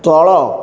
ତଳ